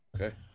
Okay